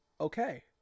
Okay